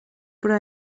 però